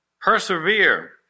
Persevere